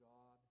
God